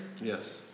Yes